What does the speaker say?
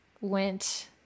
went